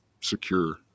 secure